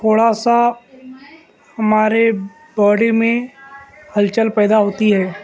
تھوڑا سا ہمارے باڈی میں ہلچل پیدا ہوتی ہے